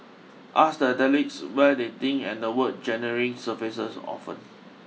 ask the athletes where they think and the word genuine surfaces often